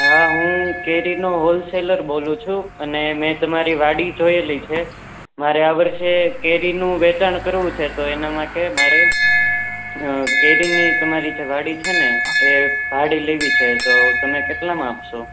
હા હું કેરીનો હોલસેલર બોલું છું અને મેં તમારી વાડી જોએલી છે મારે આ વર્ષે કેરીનું વેચાણ કરવું છે તો એના માટે મારે કેરીની તમારી જે વાડી છે ને એ ભાડે લેવી છે તો તમે કેટલામાં આપશો